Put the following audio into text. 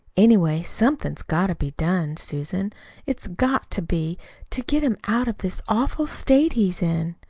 anyway, somethin's got to be done, susan it's got to be to get him out of this awful state he's in.